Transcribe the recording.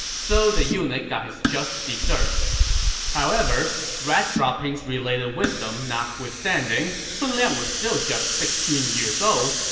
so the eunuch got his just deserts however, rat-droppings-related wisdom notwithstanding, sun liang was still just sixteen years old,